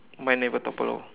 mine never topple over